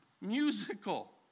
musical